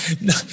No